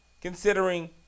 considering